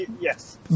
Yes